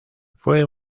fue